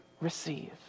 receive